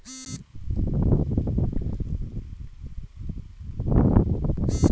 ಮಣ್ಣಿನ ಜೀವವೈವಿಧ್ಯತೆ ಮೇಲೆ ಅವಲಂಬಿತವಾಗಿದೆ ಮತ್ತು ಮಣ್ಣಿನ ನಿರ್ವಹಣೆ ಮೂಲಕ ಅದ್ನ ಸುಧಾರಿಸ್ಬಹುದು